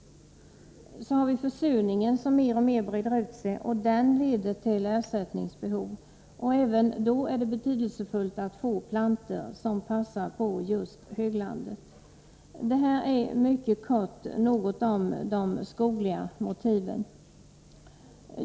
Försurningen, som mer och mer breder ut sig, leder till ersättningsbehov — även då är det betydelsefullt att få plantor som passar på just höglandet. — Detta är — mycket kortfattat — de skogliga motiven.